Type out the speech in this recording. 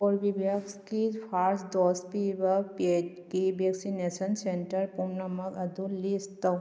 ꯀꯣꯔꯕꯤꯚꯦꯛꯁꯀꯤ first dose ꯄꯤꯕ ꯄꯦꯗꯀꯤ vaccination centre ꯄꯨꯝꯅꯃꯛ ꯑꯗꯨ ꯂꯤꯁ ꯇꯧ